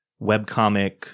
webcomic